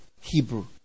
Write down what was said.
Hebrew